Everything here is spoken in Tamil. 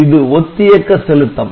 இது ஒத்தியக்க செலுத்தம்